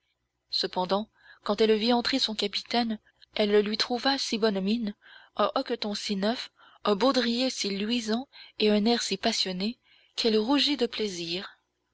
cependant quand elle vit entrer son capitaine elle lui trouva si bonne mine un hoqueton si neuf un baudrier si luisant et un air si passionné qu'elle rougit de plaisir